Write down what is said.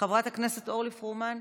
חברת הכנסת אורלי פרומן,